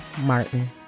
Martin